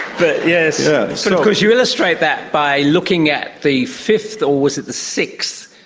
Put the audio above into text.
but yeah sort of course you illustrate that by looking at the fifth, or was it the sixth,